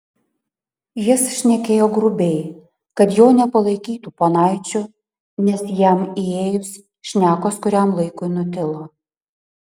jis šnekėjo grubiai kad jo nepalaikytų ponaičiu nes jam įėjus šnekos kuriam laikui nutilo